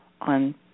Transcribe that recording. on